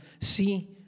see